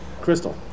Crystal